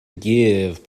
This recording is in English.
give